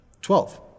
Twelve